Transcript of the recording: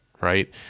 right